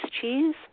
cheese